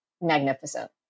magnificent